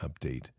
update